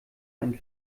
einen